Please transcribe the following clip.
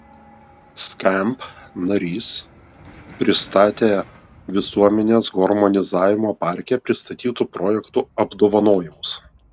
skamp narys pristatė visuomenės harmonizavimo parke pristatytų projektų apdovanojimus